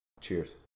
Cheers